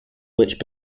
which